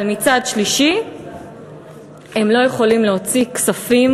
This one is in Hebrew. אבל מצד שלישי הם לא יכולים להוציא כספים